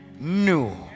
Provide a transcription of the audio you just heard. new